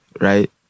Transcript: right